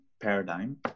paradigm